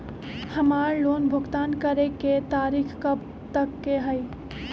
हमार लोन भुगतान करे के तारीख कब तक के हई?